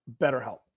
BetterHelp